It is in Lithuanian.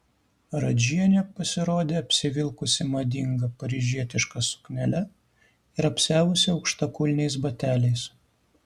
radžienė pasirodė apsivilkusi madinga paryžietiška suknele ir apsiavusi aukštakulniais bateliais